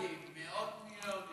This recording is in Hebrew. מיליארדים, מאות מיליונים.